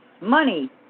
money